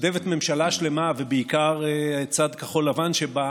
ממשלה שלמה, ובעיקר צד כחול לבן שבה,